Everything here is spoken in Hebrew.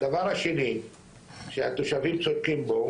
הדבר השני שהתושבים צודקים בו,